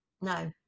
No